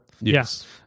Yes